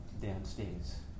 downstairs